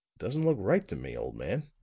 doesn't look right to me, old man.